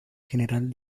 general